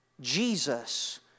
Jesus